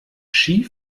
ski